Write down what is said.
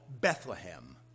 Bethlehem